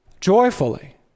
Joyfully